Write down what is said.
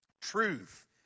Truth